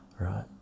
Right